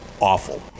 awful